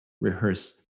rehearse